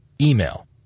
Email